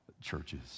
Churches